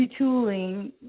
retooling